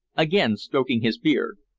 again stroking his beard.